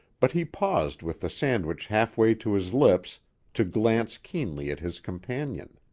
but he paused with the sandwich half-way to his lips to glance keenly at his companion.